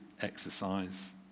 exercise